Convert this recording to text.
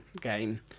game